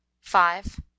five